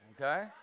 Okay